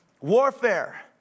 warfare